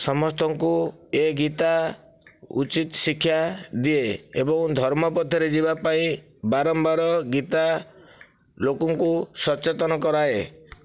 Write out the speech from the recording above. ସମସ୍ତଙ୍କୁ ଏ ଗୀତା ଉଚିତ ଶିକ୍ଷା ଦିଏ ଏବଂ ଧର୍ମ ପଥରେ ଯିବାପାଇଁ ବାରମ୍ବାର ଗୀତା ଲୋକଙ୍କୁ ସଚେତନ କରାଏ